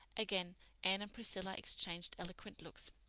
again anne and priscilla exchanged eloquent looks.